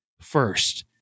first